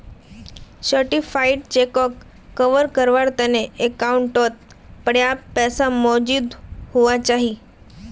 certified चेकोक कवर कारवार तने अकाउंटओत पर्याप्त पैसा मौजूद हुवा चाहि